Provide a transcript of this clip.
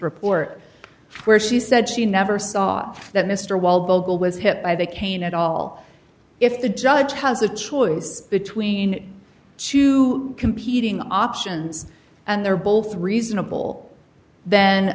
report where she said she never saw that mr while bogle was hit by the cane at all if the judge has a choice between two competing options and they're both reasonable th